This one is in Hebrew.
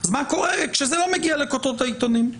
אז מה קורה כשזה לא מגיע לכותרות העיתונים?